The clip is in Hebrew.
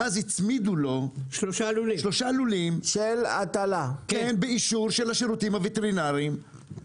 ואז הצמידו לו שלושה לולים של הטלה באישור של השירותים הווטרינרים.